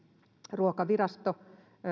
ruokavirasto